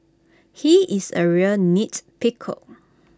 he is A real nitpicker